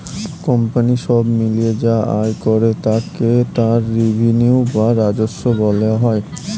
company সব মিলিয়ে যা আয় করে তাকে তার রেভিনিউ বা রাজস্ব বলা হয়